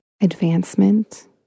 advancement